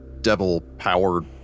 devil-powered